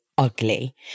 ugly